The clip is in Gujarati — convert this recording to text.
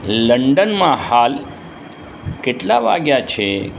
લંંડનમાં હાલ કેટલા વાગ્યા છે